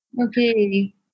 Okay